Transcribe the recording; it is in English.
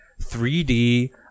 3D